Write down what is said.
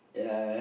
yeah